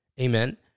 amen